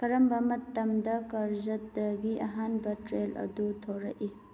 ꯀꯔꯝꯕ ꯃꯇꯝꯗ ꯀꯔꯖꯠꯇꯒꯤ ꯑꯍꯥꯟꯕ ꯇꯔꯦꯜ ꯑꯗꯨ ꯊꯣꯔꯛꯏ